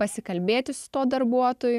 pasikalbėti su tuo darbuotoju